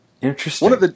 Interesting